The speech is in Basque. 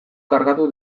kargatu